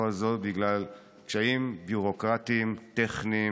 הייטק וחדשנות,